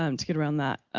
um to get around that.